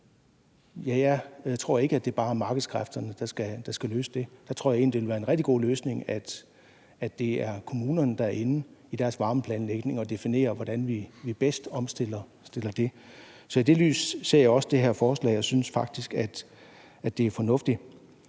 jeg tror ikke, at det bare er markedskræfterne, der skal løse det. Jeg tror egentlig, det vil være en rigtig god løsning, at det er kommunerne, der i deres varmeplanlægning er inde at definere, hvordan vi bedst omstiller det. Så i det lys ser jeg også det her forslag og synes faktisk, at det er fornuftigt.